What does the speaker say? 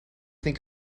think